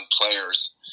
players